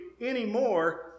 anymore